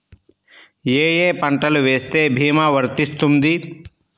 ఏ ఏ పంటలు వేస్తే భీమా వర్తిస్తుంది?